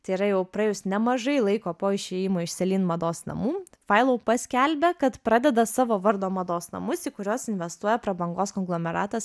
tai yra jau praėjus nemažai laiko po išėjimo iš celine mados namų failau paskelbė kad pradeda savo vardo mados namus į kuriuos investuoja prabangos konglomeratas